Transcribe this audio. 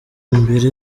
mbere